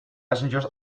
passengers